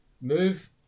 move